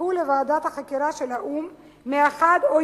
סופקו לוועדת החקירה של האו"ם מאחד או